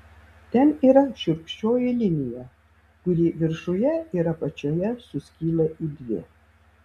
ten yra šiurkščioji linija kuri viršuje ir apačioje suskyla į dvi